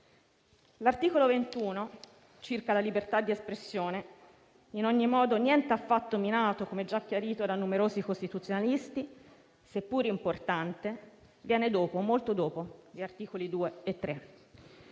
L'articolo 21 circa la libertà di espressione, in ogni modo niente affatto minato da questa legge, come già chiarito da numerosi costituzionalisti, seppur importante, viene dopo, molto dopo gli articoli 2 e 3.